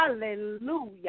Hallelujah